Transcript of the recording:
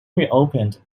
reopened